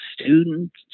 students